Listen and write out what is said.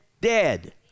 dead